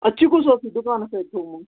اَدٕ ژےٚ کُس اوسٕے دُکانَس اَتہِ تھومُت